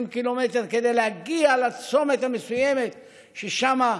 קילומטר כדי להגיע לצומת המסוים שאליו,